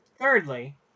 thirdly